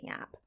app